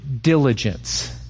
diligence